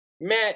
Matt